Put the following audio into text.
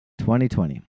2020